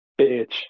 bitch